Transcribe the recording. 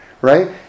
right